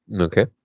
Okay